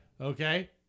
Okay